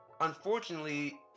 unfortunately